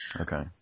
Okay